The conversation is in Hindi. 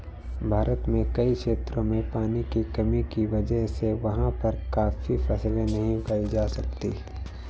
भारत के कई क्षेत्रों में पानी की कमी की वजह से वहाँ पर काफी फसलें नहीं उगाई जा सकती